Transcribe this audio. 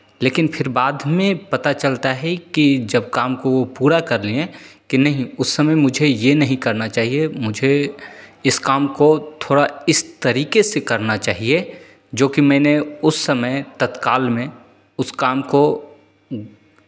लेकिन फिर बाद में पता चलता है कि जब काम को पूरा कर लिये कि नहीं उस समय मुझे ये नहीं करना चाहिए मुझे इस काम को थोड़ा इस तरीके से करना चाहिए जो कि मैंने उस समय तत्काल में उस काम को